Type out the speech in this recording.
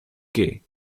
que